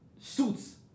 suits